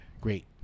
Great